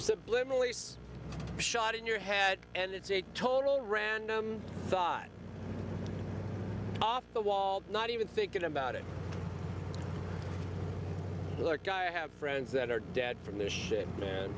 subliminally shot in your head and it's a total random thought off the wall not even thinking about it like i have friends that are dead from this shit an